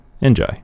Enjoy